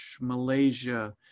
Malaysia